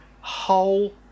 whole